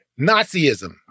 Nazism